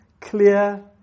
clear